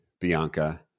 Bianca